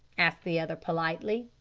asked the other politely.